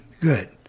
good